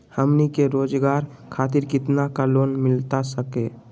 हमनी के रोगजागर खातिर कितना का लोन मिलता सके?